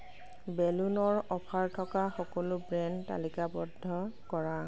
বেলুনৰ অফাৰ থকা সকলো ব্ৰেণ্ড তালিকাবদ্ধ কৰা